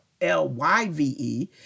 L-Y-V-E